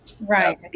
Right